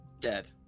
dead